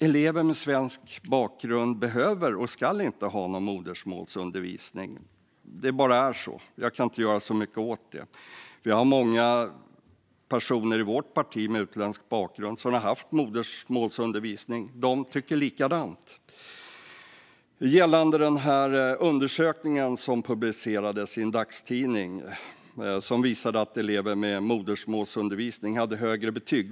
Elever med svensk bakgrund behöver inte och ska inte ha någon modersmålsundervisning. Det bara är så - jag kan inte göra så mycket åt det. I vårt parti har vi många personer med utländsk bakgrund som har haft modersmålsundervisning, och de tycker likadant. Jag går vidare till den undersökning som publicerades i en dagstidning och som visade att elever med modersmålsundervisning hade högre betyg.